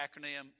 acronym